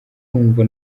kumva